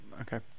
Okay